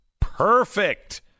Perfect